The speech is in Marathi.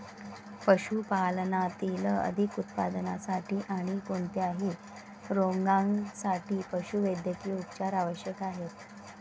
पशुपालनातील अधिक उत्पादनासाठी आणी कोणत्याही रोगांसाठी पशुवैद्यकीय उपचार आवश्यक आहेत